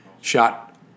shot